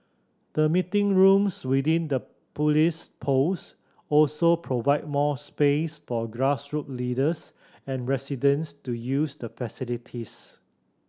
the meeting rooms within the police post also provide more space for grassroot leaders and residents to use the facilities